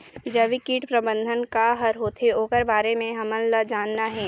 जैविक कीट प्रबंधन का हर होथे ओकर बारे मे हमन ला जानना हे?